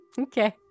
Okay